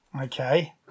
Okay